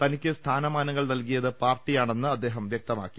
തനിക്ക് സ്ഥാനമാനങ്ങൾ നൽകി യത് പാർട്ടിയാണെന്ന് അദ്ദേഹം വൃക്തമാക്കി